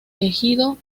ejido